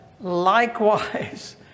likewise